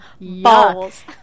Balls